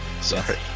Sorry